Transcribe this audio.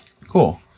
Cool